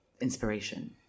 inspiration